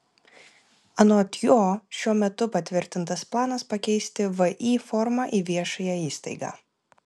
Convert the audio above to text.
anot jo šiuo metu patvirtintas planas pakeisti vį formą į viešąją įstaigą